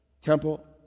temple